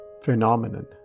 phenomenon